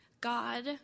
God